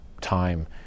time